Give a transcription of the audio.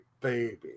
baby